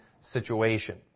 situation